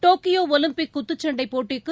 Tokyo Olympic குத்துச்சண்டைப் போட்டிக்கு